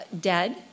dead